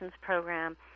program